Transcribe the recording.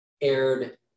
aired